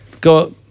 go